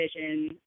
vision